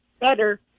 better